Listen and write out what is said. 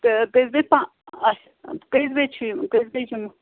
تہٕ کٔژٕ بَجہِ پا اَچھا کٔژِ بَجہِ چھِ یُن کٔژ بَجہِ یِمو